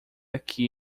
aqui